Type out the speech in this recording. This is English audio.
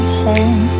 home